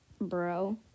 bro